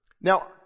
Now